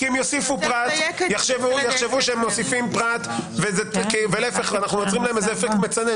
אחרת אנחנו יוצרים להם אפקט מצנן,